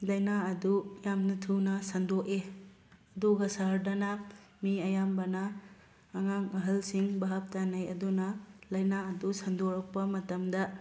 ꯂꯥꯏꯅꯥ ꯑꯗꯨ ꯌꯥꯝꯅ ꯊꯨꯅ ꯁꯟꯗꯣꯛꯑꯦ ꯑꯗꯨꯒ ꯁꯍꯔꯗꯅ ꯃꯤ ꯑꯌꯥꯝꯕꯅ ꯑꯉꯥꯡ ꯑꯍꯜꯁꯤꯡ ꯚꯥꯞ ꯇꯥꯅꯩ ꯑꯗꯨꯅ ꯂꯥꯏꯅꯥ ꯑꯗꯨ ꯁꯟꯗꯣꯔꯛꯄ ꯃꯇꯝꯗ